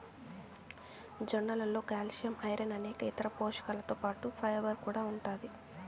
జొన్నలలో calcium, iron అనేక ఇతర పోషకాలతో పాటు ఫైబర్ కూడా ఉంటాది